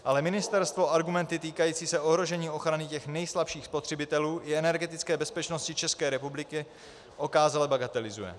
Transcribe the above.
Ale Ministerstvo argumenty týkající se ohrožení ochrany těch nejslabších spotřebitelů i energetické bezpečnosti České republiky okázale bagatelizuje.